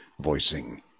voicing